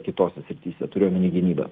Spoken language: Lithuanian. kitose srityse turiu omeny gynybą